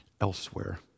elsewhere